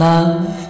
Love